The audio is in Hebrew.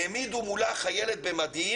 העמידו מולה חיילת במדים